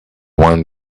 one